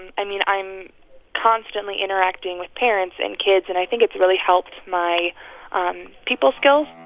i mean, i'm constantly interacting with parents and kids, and i think it's really helped my people skills